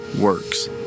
works